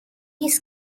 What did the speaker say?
his